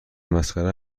مسخره